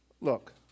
Look